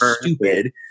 stupid